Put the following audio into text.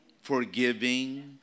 forgiving